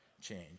change